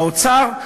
האוצר,